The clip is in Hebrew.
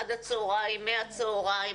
עד הצוהריים ומהצוהריים.